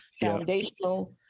foundational